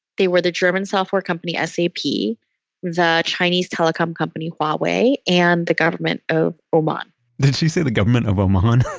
they were the german software company, ah sap, the chinese telecom company, huawei and the government of oman did she say the government of oman?